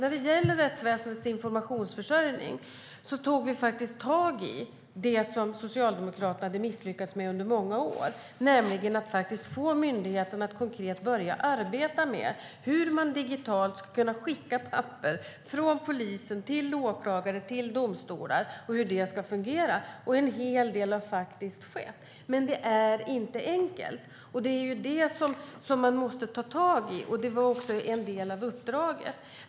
I fråga om rättsväsendets informationsförsörjning tog vi tag i det som Socialdemokraterna hade misslyckats med under många år, nämligen att få myndigheterna att börja arbeta med hur man digitalt skulle kunna skicka dokument från polisen till åklagare och till domstolar och hur det ska fungera. Och det har faktiskt skett en hel del, men det är inte enkelt, och det är det som man måste ta tag i. Det var också en del av uppdraget.